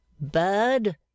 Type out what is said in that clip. Bird